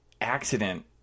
accident